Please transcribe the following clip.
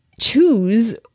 choose